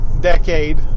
decade